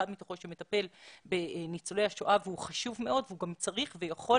מתוכו שמטפל בניצולי השואה והוא חשוב מאוד והוא גם צריך ויכול